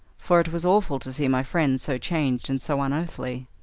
for it was awful to see my friend so changed and so unearthly.